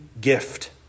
gift